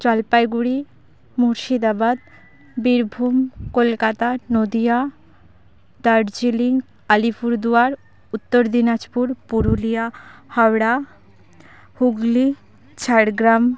Jalpaiguri Murshidabad Birbhum Kolkata Nadia Darjeeling Alipurduar Uttar Dinajpur Purulia Howrah Hooghly Jhargram